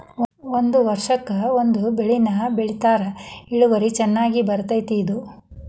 ಒಂದ ವರ್ಷಕ್ಕ ಒಂದ ಬೆಳೆಯನ್ನಾ ಬೆಳಿತಾರ ಇಳುವರಿ ಚನ್ನಾಗಿ ಬರ್ತೈತಿ ಇದು